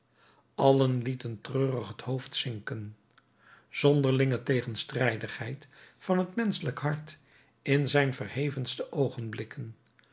allen lieten treurig het hoofd zinken zonderlinge tegenstrijdigheid van het menschelijk hart in zijn verhevenste